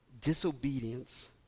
disobedience